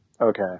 okay